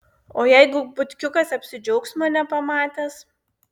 o jeigu butkiukas apsidžiaugs mane pamatęs